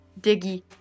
Diggy